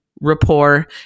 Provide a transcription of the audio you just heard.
rapport